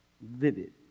vivid